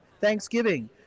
Thanksgiving